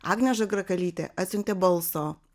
agnė žagrakalytė atsiuntė balso